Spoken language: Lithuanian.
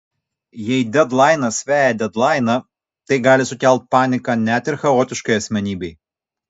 jei dedlainas veja dedlainą tai gali sukelt paniką net ir chaotiškai asmenybei